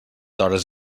hores